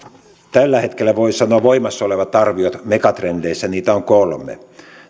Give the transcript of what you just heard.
tällä hetkellä voi sanoa voimassa olevia arvioita megatrendeissä on kolme